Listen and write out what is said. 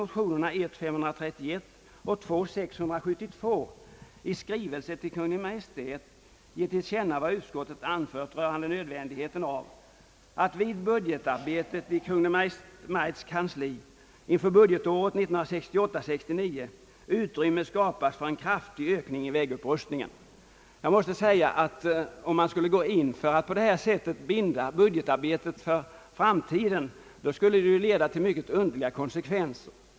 Ginge man in för att på det sättet binda budgetarbetet för framtiden, skulle det leda till mycket underliga konsekvenser.